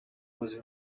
was